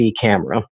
camera